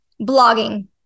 blogging